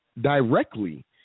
directly